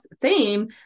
theme